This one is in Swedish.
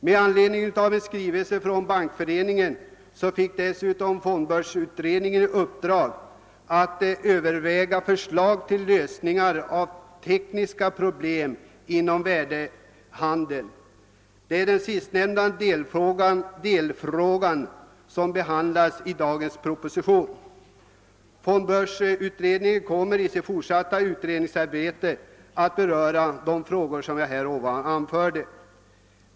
Med anledning av en skrivelse från Bankföreningen fick fondbörsutredningen dessutom i uppdrag att överväga förslag till lösningar av tekniska problem för handeln med värdepapper. Det är denna delfråga som behandlas i propositionen 99. Fondbörsutredningen kommer i sitt fortsatta arbete att ta upp de övriga frågor som jag har nämnt.